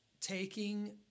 taking